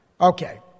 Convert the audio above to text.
Okay